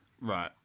right